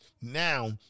now